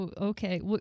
Okay